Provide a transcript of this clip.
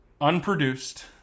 unproduced